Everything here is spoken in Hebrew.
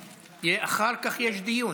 אחר כך יש דיון.